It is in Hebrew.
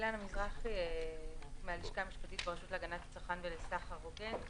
אני מהלשכה המשפטית ברשות להגנת הצרכן ולסחר הוגן.